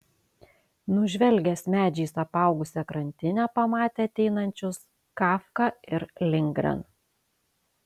nužvelgęs medžiais apaugusią krantinę pamatė ateinančius kafką su lindgren